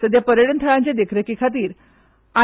सद्या पर्यटन थळांचे देखरेखी खातीर आय